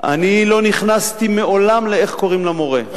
אני לא נכנסתי מעולם לאיך קוראים למורה,